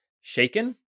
shaken